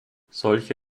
solche